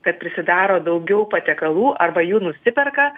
kad prisidaro daugiau patiekalų arba jų nusiperka